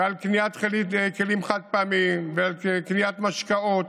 על קניית כלים חד-פעמיים ועל קניית משקאות